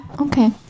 Okay